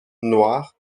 noir